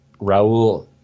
Raul